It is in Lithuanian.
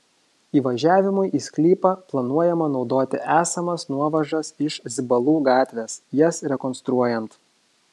įvažiavimui į sklypą planuojama naudoti esamas nuovažas iš zibalų gatvės jas rekonstruojant